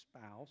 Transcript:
spouse